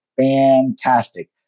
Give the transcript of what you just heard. fantastic